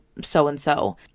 so-and-so